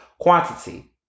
quantity